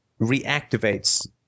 reactivates